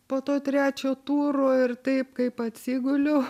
po to trečio turo ir taip kaip atsiguliau